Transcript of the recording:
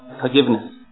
forgiveness